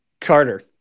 Carter